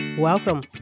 Welcome